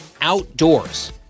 outdoors